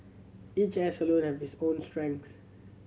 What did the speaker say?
each hair salon has its own strength